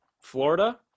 Florida